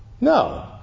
No